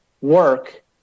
work